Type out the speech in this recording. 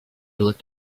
looked